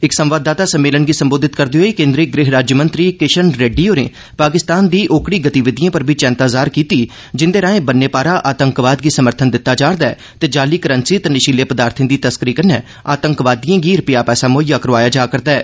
इक संवाददाता सम्मेलन गी संबोधित करदे होई केन्द्री गृह राज्य मंत्री किशन रेड्डी होरें पाकिस्तान दी ओकड़ी गतिविधियें पर बी चैंता जाहर कीती जिंदे राए बन्ने पारा आतंकवाद गी समर्थन दित्ता जा'रदा ऐ ते जाली करंसी ते नशीले पदार्थों दी तस्करी कन्नै आतंकवादियें गी रपेआ पैसा मुहैया करोआया जा करदा ऐ